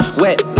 wet